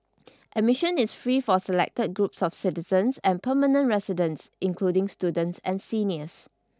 admission is free for selected groups of citizens and permanent residents including students and seniors